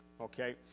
okay